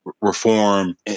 reform